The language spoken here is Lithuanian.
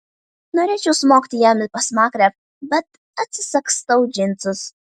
norėčiau smogti jam į pasmakrę bet atsisagstau džinsus